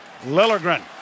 Lilligren